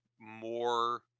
more